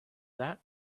that